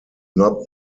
not